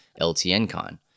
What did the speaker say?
LTNCon